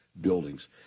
buildings